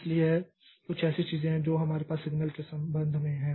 इसलिए ये कुछ ऐसी चीजें हैं जो हमारे पास सिग्नल के संबंध में हैं